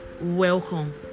welcome